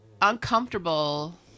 Uncomfortable